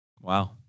Wow